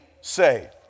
say